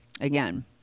again